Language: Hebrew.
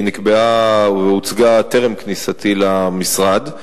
נקבעה והוצגה טרם כניסתי למשרד.